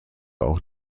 auch